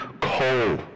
coal